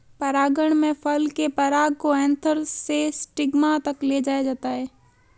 परागण में फल के पराग को एंथर से स्टिग्मा तक ले जाया जाता है